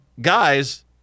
Guys